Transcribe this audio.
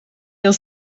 ele